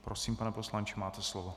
Prosím, pane poslanče, máte slovo.